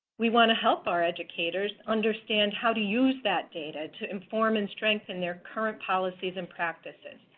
we want to help our educators understand how to use that data to inform and strengthen their current policies and practices.